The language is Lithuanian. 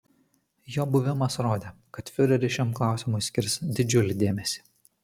jo buvimas rodė kad fiureris šiam klausimui skirs didžiulį dėmesį